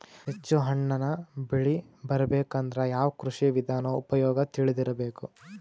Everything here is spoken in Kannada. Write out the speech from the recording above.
ಹೆಚ್ಚು ಹಣ್ಣನ್ನ ಬೆಳಿ ಬರಬೇಕು ಅಂದ್ರ ಯಾವ ಕೃಷಿ ವಿಧಾನ ಉಪಯೋಗ ತಿಳಿದಿರಬೇಕು?